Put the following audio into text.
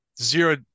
Zero